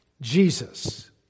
Jesus